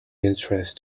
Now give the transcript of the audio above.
interest